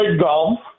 golf